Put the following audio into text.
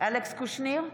אלכס קושניר,